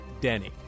Denny